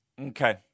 Okay